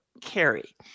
carry